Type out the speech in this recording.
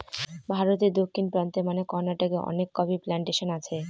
ভারতে দক্ষিণ প্রান্তে মানে কর্নাটকে অনেক কফি প্লানটেশন আছে